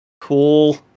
cool